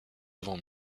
avant